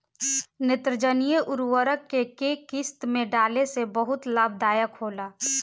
नेत्रजनीय उर्वरक के केय किस्त में डाले से बहुत लाभदायक होला?